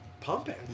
pumping